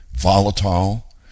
volatile